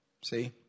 See